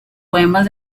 poemas